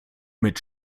mit